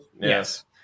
Yes